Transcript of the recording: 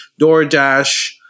DoorDash